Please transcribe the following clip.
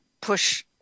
push